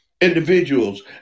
individuals